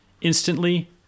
instantly